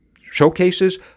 Showcases